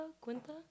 Quinta